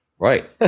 Right